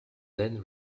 then